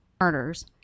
Murders